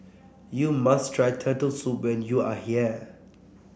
you must try Turtle Soup when you are here